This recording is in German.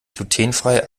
glutenfrei